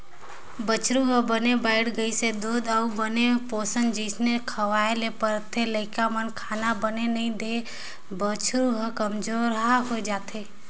बछरु ह बने बाड़हय कहिके दूद अउ बने पोसन जिनिस खवाए ल परथे, लइकापन में खाना बने नइ देही त बछरू ह कमजोरहा हो जाएथे